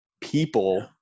people –